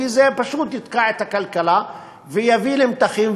כי זה פשוט יתקע את הכלכלה ויביא למתחים.